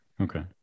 Okay